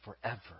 Forever